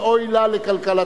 ואוי לה לכלכלתנו.